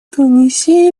тунисе